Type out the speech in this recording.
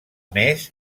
més